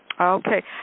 Okay